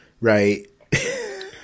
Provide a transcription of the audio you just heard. right